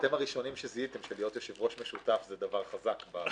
אתם הראשונים שזיהיתם שלהיות יושב-ראש משותף זה דבר חזק.